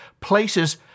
Places